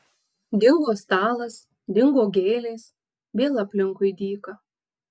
dingo stalas dingo gėlės vėl aplinkui dyka